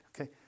okay